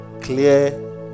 clear